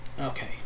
Okay